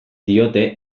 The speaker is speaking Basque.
diote